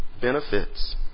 benefits